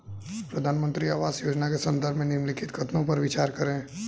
प्रधानमंत्री आवास योजना के संदर्भ में निम्नलिखित कथनों पर विचार करें?